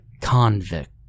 convict